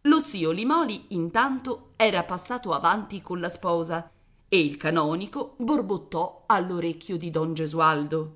lo zio limòli intanto era passato avanti colla sposa e il canonico borbottò all'orecchio di don gesualdo